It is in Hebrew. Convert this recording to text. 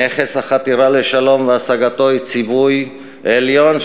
נכס החתירה לשלום והשגתו הוא ציווי עליון,